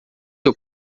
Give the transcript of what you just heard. seu